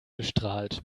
bestrahlt